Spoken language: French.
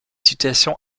situations